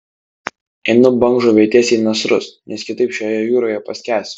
einu bangžuvei tiesiai į nasrus nes kitaip šioje jūroje paskęsiu